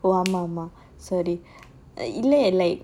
ஆமாஆமா:ama ama sorry இல்ல:illa